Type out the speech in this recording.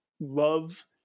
love